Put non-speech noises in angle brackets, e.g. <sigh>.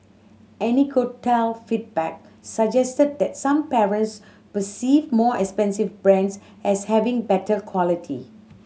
<unintelligible> feedback suggested that some parents perceive more expensive brands as having better quality